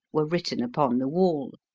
were written upon the wall.